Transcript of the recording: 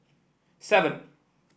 seven